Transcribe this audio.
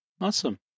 Awesome